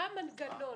מה המנגנון?